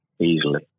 easily